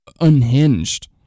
unhinged